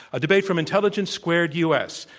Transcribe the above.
a debate from intelligence squared u. s.